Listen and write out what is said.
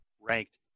ranked